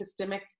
epistemic